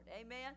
Amen